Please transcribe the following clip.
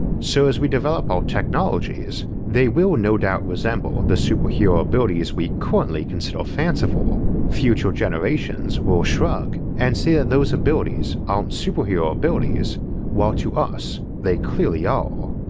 so, as we develop our technologies, they will no doubt resemble the superhero abilities we currently consider fanciful. future generations will shrug and say that those abilities aren't superhero ah abilities while to us they clearly are.